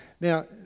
Now